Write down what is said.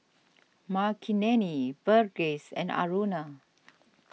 Makineni Verghese and Aruna